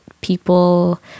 people